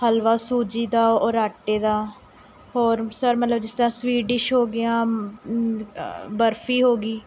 ਹਲਵਾ ਸੂਜੀ ਦਾ ਔਰ ਆਟੇ ਦਾ ਹੋਰ ਸਰ ਮਤਲਬ ਜਿਸ ਤਰ੍ਹਾਂ ਸਵੀਟ ਡਿਸ਼ ਹੋ ਗਈਆਂ ਬਰਫ਼ੀ ਹੋ ਗਈ